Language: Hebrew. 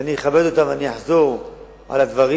ואני אכבד אותם, ואני אחזור על הדברים